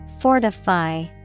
Fortify